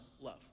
love